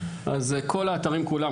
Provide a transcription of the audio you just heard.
אז כל האתרים כולם,